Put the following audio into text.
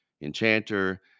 enchanter